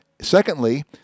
Secondly